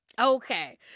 Okay